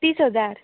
तीस हजार